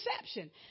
perception